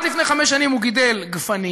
עד לפני חמש שנים הוא גידל גפנים,